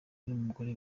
n’umugore